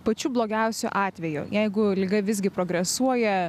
pačiu blogiausiu atveju jeigu liga visgi progresuoja